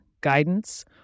guidance